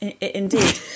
indeed